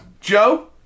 Joe